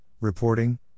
reporting